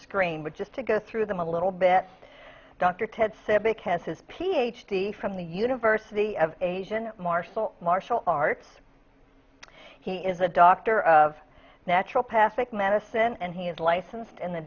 screen but just to go through them a little bit dr ted said because his p h d from the university of asian martial martial arts he is a doctor of natural pathic medicine and he is licensed in the